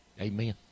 Amen